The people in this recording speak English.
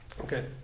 Okay